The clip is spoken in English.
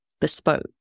bespoke